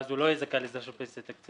ואז הוא לא יהיה זכאי להסדר של פנסיה תקציבית,